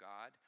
God